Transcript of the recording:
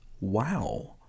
wow